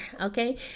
Okay